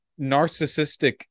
narcissistic